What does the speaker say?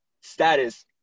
status